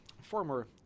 former